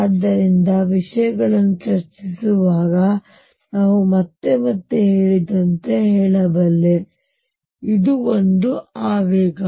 ಆದ್ದರಿಂದ ಈ ವಿಷಯಗಳನ್ನು ಚರ್ಚಿಸುವಾಗ ನಾವು ಮತ್ತೆ ಮತ್ತೆ ಹೇಳಿದಂತೆ ನಾನು ಹೇಳಬಲ್ಲೆ ಇದು ಒಂದು ಆವೇಗ